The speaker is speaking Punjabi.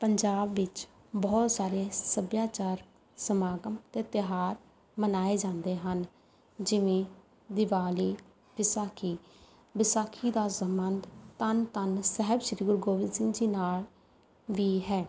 ਪੰਜਾਬ ਵਿੱਚ ਬਹੁਤ ਸਾਰੇ ਸੱਭਿਆਚਾਰਕ ਸਮਾਗਮ ਅਤੇ ਤਿਉਹਾਰ ਮਨਾਏ ਜਾਂਦੇ ਹਨ ਜਿਵੇਂ ਦੀਵਾਲੀ ਵਿਸਾਖੀ ਵਿਸਾਖੀ ਦਾ ਸੰਬੰਧ ਧੰਨ ਧੰਨ ਸਾਹਿਬ ਸ਼੍ਰੀ ਗੁਰੂ ਗੋਬਿੰਦ ਸਿੰਘ ਜੀ ਨਾਲ ਵੀ ਹੈ